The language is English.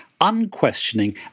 unquestioning